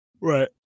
Right